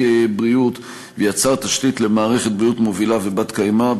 בריאות ויצר תשתית למערכת בריאות מובילה ובת-קיימא,